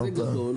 הרתעה.